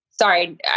sorry